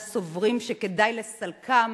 הסוברים שכדאי לסלקם